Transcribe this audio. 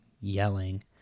yelling